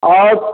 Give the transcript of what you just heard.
और